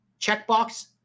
checkbox